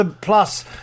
plus